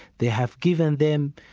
they have given them